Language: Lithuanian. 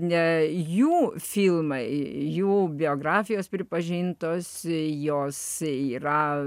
ne jų filmai jų biografijos pripažintos jos yra